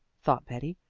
thought betty,